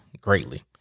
greatly